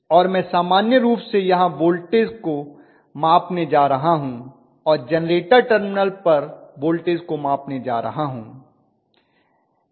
और मैं सामान्य रूप से यहां वोल्टेज को मापने जा रहा हूं और जेनरेटर टर्मिनल पर वोल्टेज को मापने जा रहा हूं